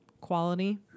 quality